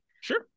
Sure